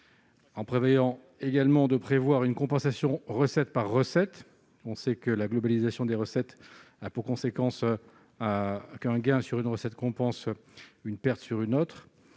sur trois ans, et à prévoir une compensation recette par recette- on sait que la globalisation des recettes a pour conséquence qu'un gain sur une recette compense une perte sur une autre.